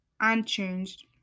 unchanged